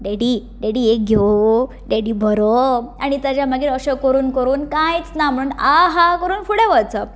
daddy daddy एक घेंव daddy बरो आनी ताच्या मागीर अशें करून करून कांयच ना म्हण आ हा करून फुडें वचप